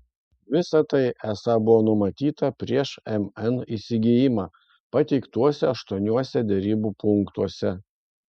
visa tai esą buvo numatyta prieš mn įsigijimą pateiktuose aštuoniuose derybų punktuose